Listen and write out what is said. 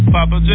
Papa